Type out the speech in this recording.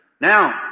Now